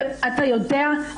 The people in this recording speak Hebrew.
אתה יודע,